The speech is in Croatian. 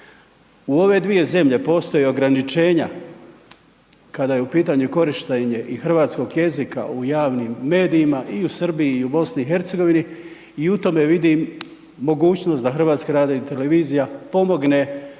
U ove dvije zemlje postoje ograničenja kada je u pitanju korištenje i hrvatskog jezika u javnim medijima i u Srbiji i u BiH i u tome vidim mogućnost da HRT pomogne